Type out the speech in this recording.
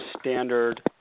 standard